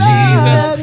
Jesus